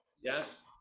Yes